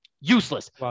Useless